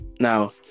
Now